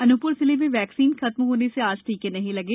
अनू र जिले में वेक्सीन खत्म होने से ज टीके नही लगे